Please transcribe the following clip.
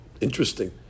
Interesting